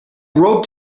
rope